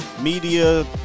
media